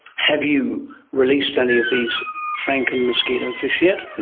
have you released any of these franken-mosquitofish yet?